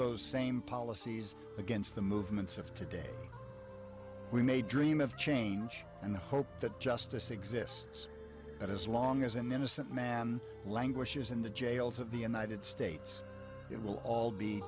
those same policies against the movements of today we may dream of change and hope that justice exists but as long as an innocent man languish is in the jails of the united states it will all be